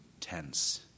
tense